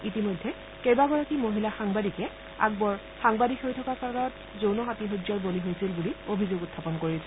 ইতিমধ্যে কেইবাগৰাকী মহিলা সাংবাদিকে আকবৰ সাংবাদিক হৈ থকা কালত যৌন আতিশয্যৰ বলি হৈছিল বুলি অভিযোগ উত্থাপন কৰিছে